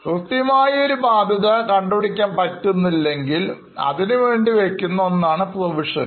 കൃത്യമായി ഒരു ബാധ്യതകണ്ടുപിടിക്കാൻ പറ്റില്ലെങ്കിൽ അതിനുവേണ്ടി വെക്കുന്ന ഒന്നാണ് പ്രൊവിഷൻ